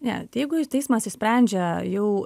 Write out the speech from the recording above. ne tai jeigu teismas išsprendžia jau